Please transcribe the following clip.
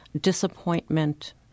disappointment